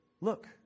look